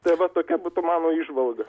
tai vat tokia būtų mano įžvalga